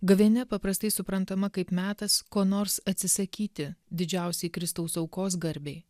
gavėnia paprastai suprantama kaip metas ko nors atsisakyti didžiausiai kristaus aukos garbei